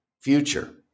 future